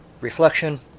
reflection